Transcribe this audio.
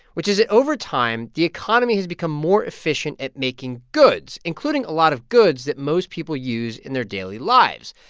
which is that over time, the economy has become more efficient at making goods, including a lot of goods that most people use in their daily lives,